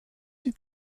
die